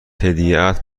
هدیهات